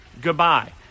goodbye